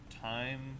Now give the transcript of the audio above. time